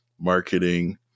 marketing